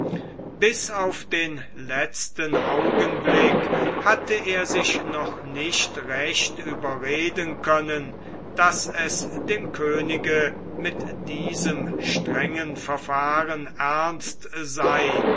bis auf den letzten augenblick hatte er sich noch nicht recht überreden können daß es dem könige mit diesem strengen verfahren ernst sei